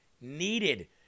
needed